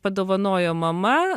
padovanojo mama